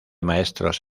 maestros